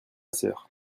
sœur